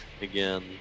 again